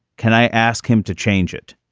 can i ask him to change it?